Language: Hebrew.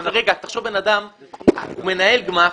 תחשוב על בן אדם שהוא מנהל גמ"ח,